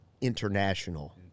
international